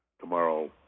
Tomorrow